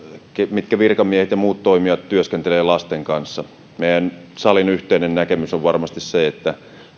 missä virkamiehet ja muut toimijat työskentelevät lasten kanssa meidän salin yhteinen näkemys on varmasti se että